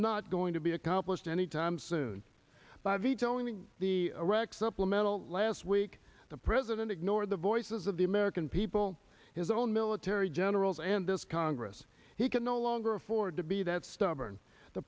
not going to be accomplished any time soon by vetoing the racks up metal last week the president ignored the voices of the american people his own military generals and this congress he can no longer afford to be that stubborn the